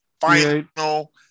Final